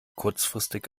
kurzfristig